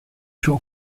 suo